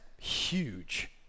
huge